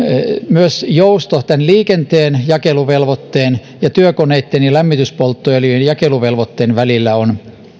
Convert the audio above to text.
myös jousto liikenteen jakeluvelvoitteen ja työkoneitten ja lämmityspolttoöljyn jakeluvelvoitteen välillä on